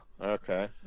Okay